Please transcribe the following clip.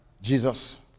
Jesus